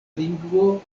lingvo